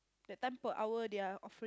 that time per hour they're offering